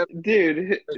dude